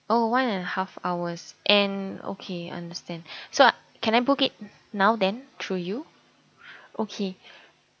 oh one and a half hours and okay understand so can I book it now then through you okay